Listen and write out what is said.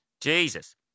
Jesus